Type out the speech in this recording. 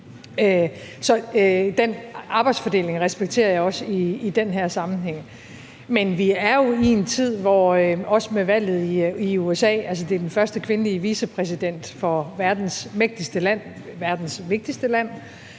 den arbejdsfordeling respekterer jeg også i den her sammenhæng. Men f.eks. vil det med valget i USA , hvor man får den første kvindelige vicepræsident for verdens mægtigste og vigtigste land